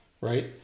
Right